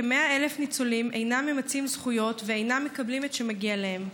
כ-100,000 ניצולים אינם ממצים זכויות ואינם מקבלים את שמגיע להם.